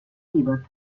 tibet